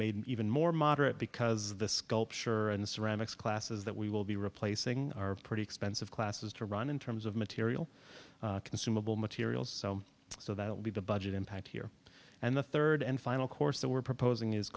made more moderate because the sculpture and ceramics classes that we will be replacing are pretty expensive classes to run in terms of material consumable material so so that'll be the budget impact here and the third and final course that we're proposing is